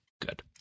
Good